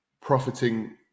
profiting